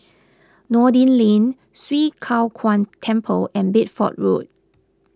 Noordin Lane Swee Kow Kuan Temple and Bedford Road